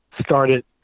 started